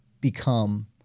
become